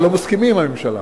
אבל לא מסכימים, הממשלה.